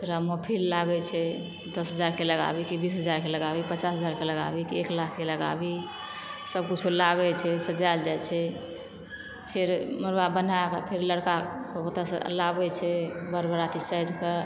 थोड़ा महफ़िल लागै छै दस हजार के लगाबी की बीस हजार के लगाबी पचास हजार के लगाबी के एक लाख के लगाबी सब किछो लागै छै सजायल जाइ छै फेर मरबा बनैक फेर लड़काके ओतऽ सॅं लाबै छै बर बराती साइज़ के